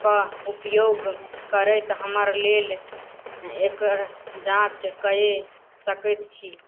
कऽ उपयोग करैत हमर लेल एकर जाँच कै सकैत छी